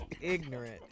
ignorant